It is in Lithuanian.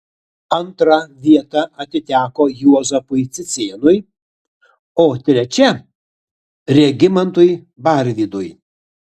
antra vieta atiteko juozapui cicėnui o trečia regimantui barvydui